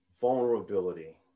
vulnerability